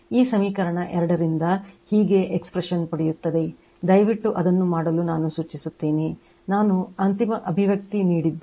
ಈ ಸಮೀಕರಣ 2 ರಿಂದ ಹೀಗೆ ಅಭಿವ್ಯಕ್ತಿ ನೀಡಿದ್ದೇನೆ